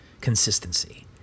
consistency